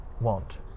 want